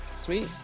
sweet